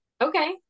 Okay